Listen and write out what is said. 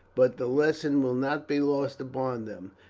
but the lesson will not be lost upon them.